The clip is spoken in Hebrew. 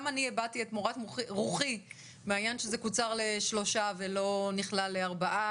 גם אני הבעתי את מורת רוחי מהעניין שזה קוצר לשלושה ולא נכלל לארבעה,